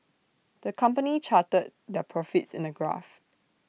the company charted their profits in A graph